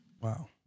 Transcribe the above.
Wow